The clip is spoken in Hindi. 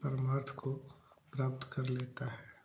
परमार्थ को प्राप्त कर लेता है